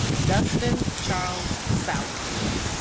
dustin charles southwood